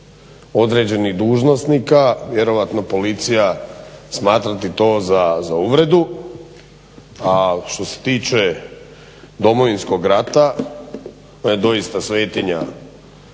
određenih dužnosnika vjerojatno policija smatrati to za uvredu al što se tiče Domovinskog rata to je doista svetinja